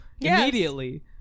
immediately